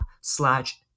slash